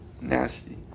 Nasty